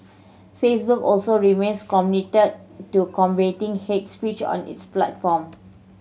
Facebook also remains committed to combating hate speech on its platform